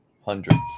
hundreds